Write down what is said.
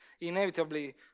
inevitably